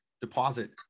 deposit